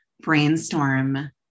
brainstorm